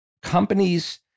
companies